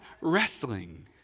wrestling